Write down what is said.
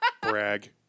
Brag